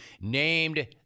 named